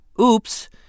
Oops